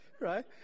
Right